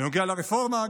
בנוגע לרפורמה,